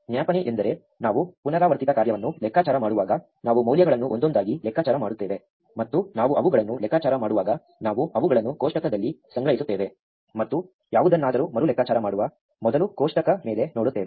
ಜ್ಞಾಪನೆ ಎಂದರೆ ನಾವು ಪುನರಾವರ್ತಿತ ಕಾರ್ಯವನ್ನು ಲೆಕ್ಕಾಚಾರ ಮಾಡುವಾಗ ನಾವು ಮೌಲ್ಯಗಳನ್ನು ಒಂದೊಂದಾಗಿ ಲೆಕ್ಕಾಚಾರ ಮಾಡುತ್ತೇವೆ ಮತ್ತು ನಾವು ಅವುಗಳನ್ನು ಲೆಕ್ಕಾಚಾರ ಮಾಡುವಾಗ ನಾವು ಅವುಗಳನ್ನು ಕೋಷ್ಟಕದಲ್ಲಿ ಸಂಗ್ರಹಿಸುತ್ತೇವೆ ಮತ್ತು ಯಾವುದನ್ನಾದರೂ ಮರು ಲೆಕ್ಕಾಚಾರ ಮಾಡುವ ಮೊದಲು ಕೋಷ್ಟಕ ಮೇಲೆ ನೋಡುತ್ತೇವೆ